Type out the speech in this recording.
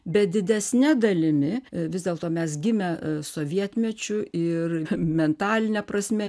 bet didesne dalimi vis dėlto mes gimę sovietmečiu ir mentaline prasme